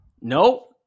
No